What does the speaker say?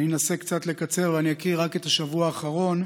אני מנסה קצת לקצר ואני אקריא רק את השבוע האחרון.